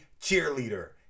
cheerleader